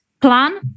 plan